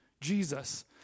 Jesus